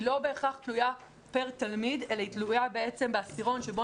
היא לא בהכרח תלויה פר תלמיד אלא היא תלויה בעשירון שבו